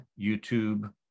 YouTube